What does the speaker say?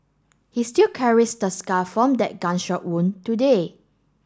he still carries the scar from that gunshot wound today